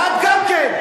ואת גם כן.